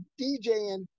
DJing